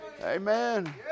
Amen